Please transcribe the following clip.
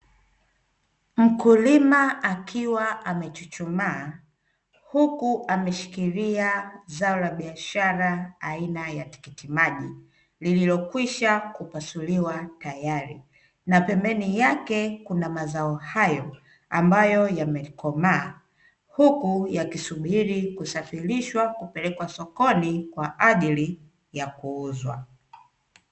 Mkulima akiwa amechuchumaa huku ameshikilia zao la biashara aina ya tikiti maji, lililokwisha kupasuliwa tayari, na pembeni yake kuna mazao hayo ambayo yamelikomaa, huku yakisubiri kusafirishwa kupelekwa sokoni kwa ajili ya kuuzwa.